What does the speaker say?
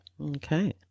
Okay